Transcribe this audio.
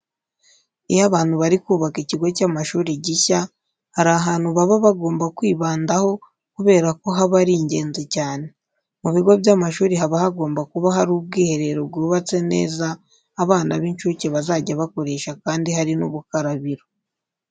Iyo abantu bari kubaka ikigo cy'amashuri gishya hari ahantu baba bagomba kwibandaho kubera ko haba ari ingenzi cyane. Mu bigo by'amashuri haba hagomba kuba hari ubwiherero bwubatse neza abana b'incuke bazajya bakoresha kandi hari n'ubukarabiro.